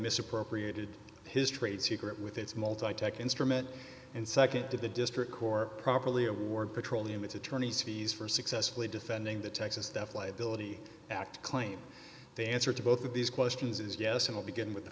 misappropriated his trade secret with its multi track instrument and seconded to the district corps properly award petroleum it's attorneys fees for successfully defending the texas death liability act claim they answer to both of these questions is yes it will begin with